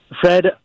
Fred